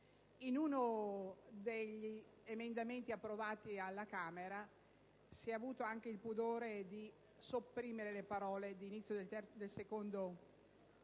In uno degli emendamenti approvati alla Camera si è avuto persino il pudore di sopprimere le parole iniziali del secondo articolo,